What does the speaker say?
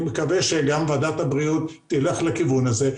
אני מקווה שגם ועדת הבריאות תלך לכיוון הזה.